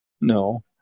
No